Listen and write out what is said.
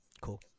cool